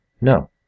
no